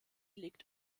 liegt